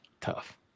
Tough